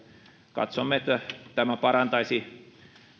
katsomme että tämä parantaisi